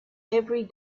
every